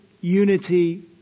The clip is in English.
unity